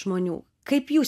žmonių kaip jūs